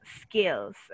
skills